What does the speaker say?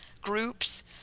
groups